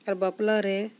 ᱟᱨ ᱵᱟᱯᱞᱟ ᱨᱮ